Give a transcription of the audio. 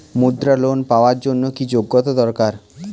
মুদ্রা লোন পাওয়ার জন্য কি যোগ্যতা দরকার?